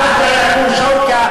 רשימה משותפת כדי